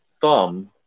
thumb